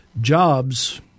Jobs